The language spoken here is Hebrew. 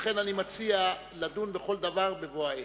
לכן אני מציע לדון בכל דבר בבוא העת.